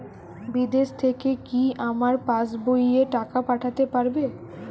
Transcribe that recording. বিদেশ থেকে কি আমার পাশবইয়ে টাকা পাঠাতে পারবে?